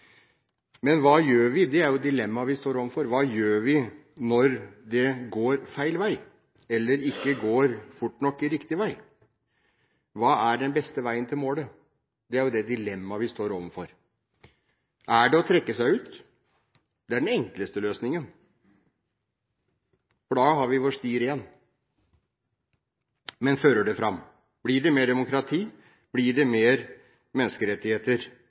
Men hva gjør vi når det går feil vei, eller ikke går fort nok i riktig vei? Hva er den beste veien til målet? Det er det dilemmaet vi står overfor. Er det å trekke seg ut? Det er den enkleste løsningen, for da har vi vår sti ren. Men fører det fram, blir det mer demokrati, blir det mer menneskerettigheter,